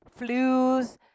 flus